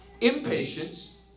impatience